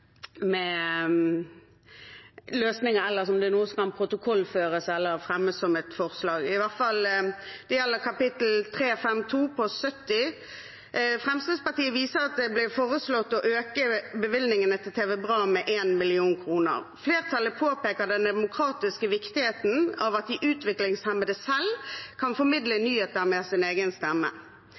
løsninger ellers, om det er noe som kan protokollføres eller fremmes som et forslag. Den første merknaden gjelder i hvert fall kapittel 352 post 70: Fremskrittspartiet viser til at det blir foreslått å øke bevilgningene til TV BRA med 1 mill. kr. Flertallet påpeker den demokratiske viktigheten av at de utviklingshemmede selv kan formidle nyheter med sin egen stemme.